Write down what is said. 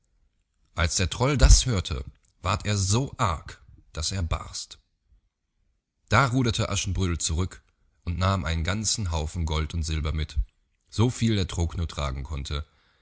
als der troll das hörte ward er so arg daß er barst da ruderte aschenbrödel zurück und nahm einen ganzen haufen gold und silber mit so viel der trog nur tragen konnte